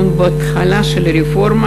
אנחנו בהתחלה של הרפורמה,